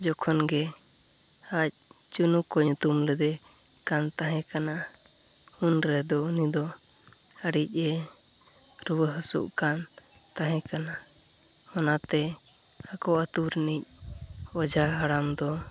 ᱡᱚᱠᱷᱚᱱ ᱜᱮ ᱟᱡ ᱪᱩᱱᱩᱠᱚ ᱧᱩᱛᱩᱢᱞᱮᱫᱮ ᱠᱟᱱ ᱛᱟᱦᱮᱸ ᱠᱟᱱᱟ ᱩᱱᱨᱮᱫᱚ ᱩᱱᱤᱫᱚ ᱟᱹᱲᱤᱡᱼᱮ ᱨᱩᱣᱟᱹᱼᱦᱟᱹᱥᱩᱜᱠᱟᱱ ᱛᱟᱦᱮᱸ ᱠᱟᱱᱟ ᱚᱱᱟᱛᱮ ᱟᱠᱚ ᱟᱛᱳᱨᱤᱱᱤᱡ ᱳᱡᱷᱟ ᱦᱟᱲᱟᱢᱫᱚ